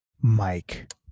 Mike